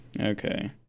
Okay